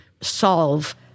solve